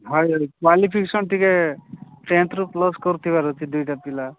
high qualification ଟିକେ ଟେନ୍ଥରୁ plus କରୁଥିବାର ଅଛି ଦୁଇଟା ପିଲା